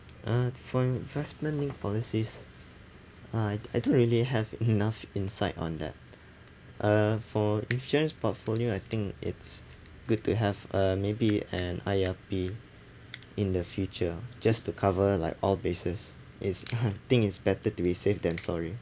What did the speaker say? uh for investment-linked policies uh I don't really have enough insight on that uh for insurance portfolio I think it's good to have uh maybe an I_R_P in the future just to cover like all bases is I think it's better to be safe than sorry